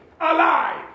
alive